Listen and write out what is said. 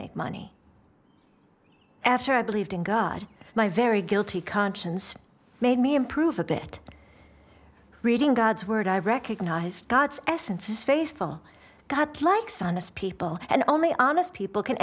make money after i believed in god my very guilty conscience made me improve a bit reading god's word i recognized god's essence is faithful god likes honest people and only honest people can